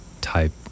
type